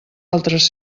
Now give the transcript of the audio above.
altres